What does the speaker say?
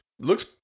looks